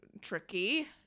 tricky